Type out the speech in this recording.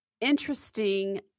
interesting